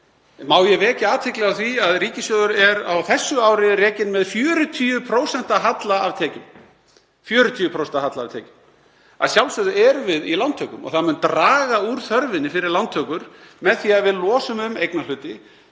Má ég vekja athygli á því að ríkissjóður er á þessu ári rekinn með 40% halla af tekjum. Að sjálfsögðu erum við í lántökum og það mun draga úr þörfinni fyrir lántökur með því að við losum um eignarhluti.